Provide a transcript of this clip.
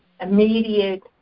immediate